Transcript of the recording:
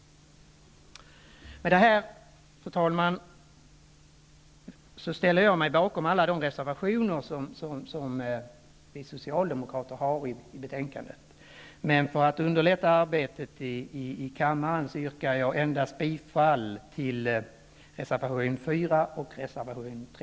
Med det här, fru talman, ställer jag mig bakom alla de reservationer som vi socialdemokrater har fogat till betänkandet, men för att underlätta arbetet i kammaren yrkar jag bifall endast till reservation 4